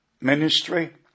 ministry